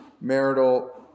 marital